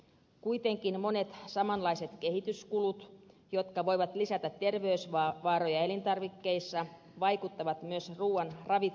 kuitenkin monet samanlaiset kehityskulut jotka voivat lisätä terveysvaaroja elintarvikkeissa vaikuttavat myös ruuan ravitsemukselliseen laatuun